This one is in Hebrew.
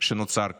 שנוצר כאן.